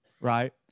right